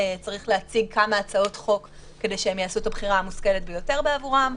צריך להציג כמה הצעות חוק כדי שהם יעשו את הבחירה המושכלת ביותר בעבורם.